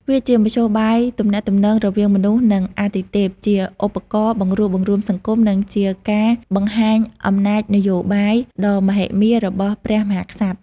វាជាមធ្យោបាយទំនាក់ទំនងរវាងមនុស្ស និងអាទិទេព ជាឧបករណ៍ បង្រួបបង្រួមសង្គម និងជាការបង្ហាញ អំណាចនយោបាយ ដ៏មហិមារបស់ព្រះមហាក្សត្រ។